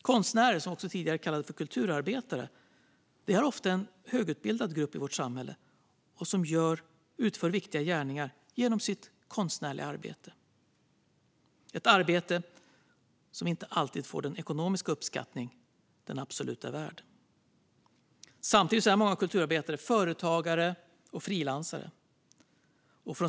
Konstnärer, tidigare kallade kulturarbetare, är en ofta högutbildad grupp i vårt samhälle som utför viktiga gärningar genom sitt konstnärliga arbete - ett arbete som inte alltid får den ekonomiska uppskattning det absolut är värt. Samtidigt är många kulturarbetare företagare och frilansare.